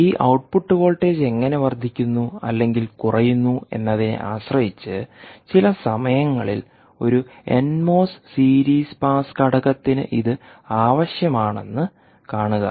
ഈ output voltage എങ്ങനെ വർദ്ധിക്കുന്നു അല്ലെങ്കിൽ കുറയുന്നു എന്നതിനെ ആശ്രയിച്ച് ചില സമയങ്ങളിൽ ഒരു എൻമോസ് സീരീസ് പാസ് ഘടകത്തിന് ഇത് ആവശ്യമാണെന്ന് കാണുക